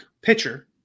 pitcher